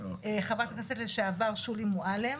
חברת הכנסת לשעבר שולי מועלם,